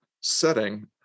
setting